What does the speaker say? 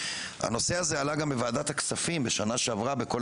הנושא הזה עלה גם בוועדת הכספים בשנה שעברה בכל